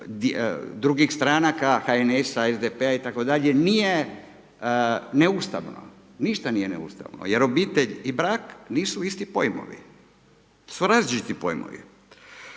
drugih stranaka HNS-a, SDP-a itd. nije neustavno, ništa nije neustavno jer obitelj i brak nisu isti pojmovi, su različiti pojmovi.